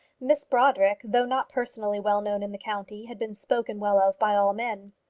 miss brodrick, though not personally well known in the county, had been spoken well of by all men.